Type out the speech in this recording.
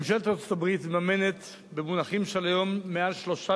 ממשלת ארצות-הברית מממנת במונחים של היום בסכום